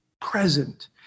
present